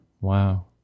Wow